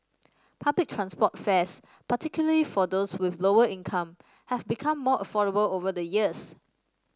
public transport fares particularly for those with lower income have become more affordable over the years